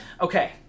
Okay